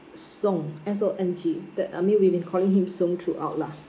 song S O N G that I mean we've been calling him song throughout lah